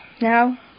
now